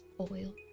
oil